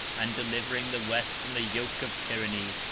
and delivering the west from the yoke of tyranny,